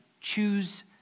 choose